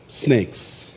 snakes